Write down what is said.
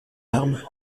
larmes